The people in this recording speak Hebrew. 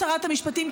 שרת המשפטים,